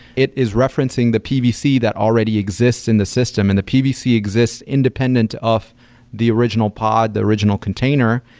it is referencing the pvc that already exists in the system, and the pvc exists independent of the original pod, the original container,